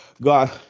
God